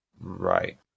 Right